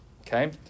Okay